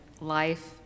life